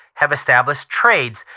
have established trades,